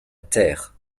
terre